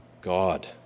God